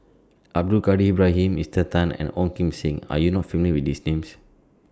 Abdul Kadir Ibrahim Esther Tan and Ong Kim Seng Are YOU not familiar with These Names